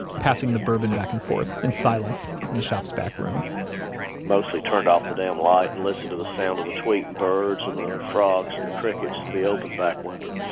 passing the bourbon back and forth in silence in the shop's back room mostly turned off the damn light and listened to the sound of the tweeting birds, and the frogs, and the crickets through the open back window.